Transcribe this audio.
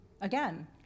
again